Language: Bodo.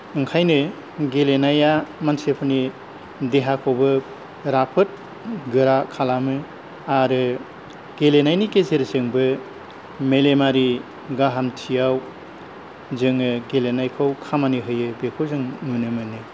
ओंखायनो गेलेनाया मानसिफोरनि देहाखौबो राफोद गोरा खालामो आरो गेलेनायनि गेजेरजोंबो मेलेमारि गाहामथियाव जोङो गेलेनायखौ खामानि होयो बेखौ जों नुनो मोन